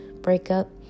breakup